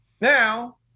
Now